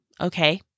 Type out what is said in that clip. Okay